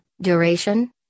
duration